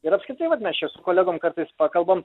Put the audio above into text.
ir apskritai vat mes čia su kolegom kartais pakalbam